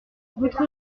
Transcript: votre